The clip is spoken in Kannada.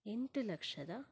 ಎಂಟು ಲಕ್ಷದ